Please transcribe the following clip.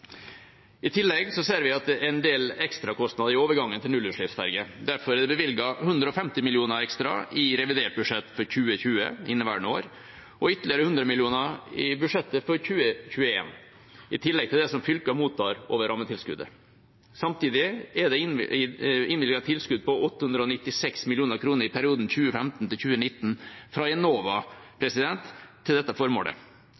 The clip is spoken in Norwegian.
I tillegg ser vi at det er en del ekstrakostnader i overgangen til nullutslippsferger. Derfor er det bevilget 150 mill. kr ekstra i revidert budsjett for 2020 i inneværende år og ytterligere 100 mill. kr i budsjettet for 2021, i tillegg til det som fylkene mottar over rammetilskuddet. Samtidig er det innvilget tilskudd på 896 mill. kr i perioden 2015–2019 fra Enova til